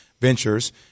Ventures